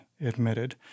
admitted